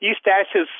jis tęsis